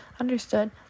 Understood